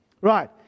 Right